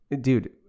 Dude